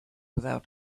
without